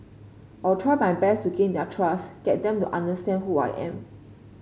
I'll try my best to gain their trust get them to understand who I am